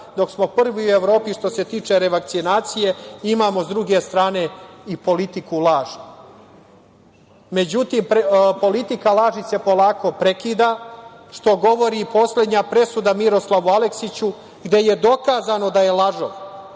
dok smo prvi u Evropi što se tiče revakcinacije, imamo sa druge strane i politiku laži. Međutim, politika laži se polako prekida, što govori i poslednja presuda Miroslavu Aleksiću gde je dokazno da je lažov.